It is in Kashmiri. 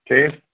ٹھیٖک